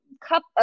cup